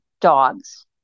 dogs